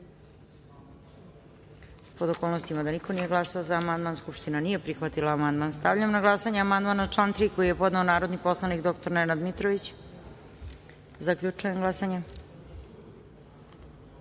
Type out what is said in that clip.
pod okolnostima niko nije glasao za amandman. Skupština nije prihvatila amandman. Stavljam na glasanje amandman na član 3. koji je podneo narodni poslanik dr Nenad Mitrović. Zaključujem glasanje: